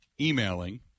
Emailing